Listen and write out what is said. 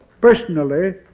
personally